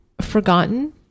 forgotten